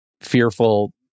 fearful